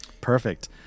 perfect